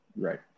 Right